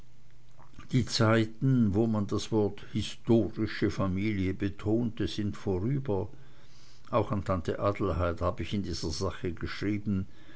die zeiten wo man das wort historische familie betonte sind vorüber auch an tante adelheid hab ich in dieser sache geschrieben